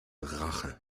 rache